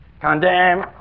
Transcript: condemn